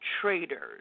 traders